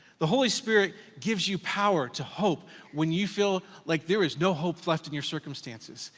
the holy spirit gives you power to hope when you feel like there is no hope left in your circumstances.